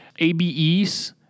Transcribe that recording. ABEs